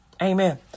Amen